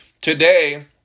today